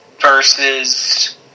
versus